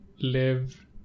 live